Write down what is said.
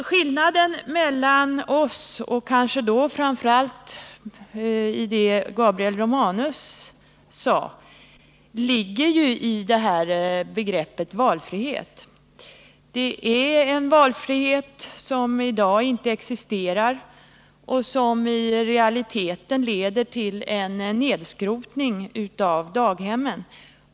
Skillnaden mellan vår uppfattning och kanske framför allt det som Gabriel Romanus sade ligger i det här begreppet valfrihet. Det är en valfrihet som i dag inte existerar och som i realiteten leder till en nedskrotning av daghemmen.